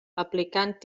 aplicant